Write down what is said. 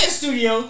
studio